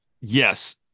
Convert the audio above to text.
Yes